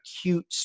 acute